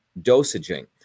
dosaging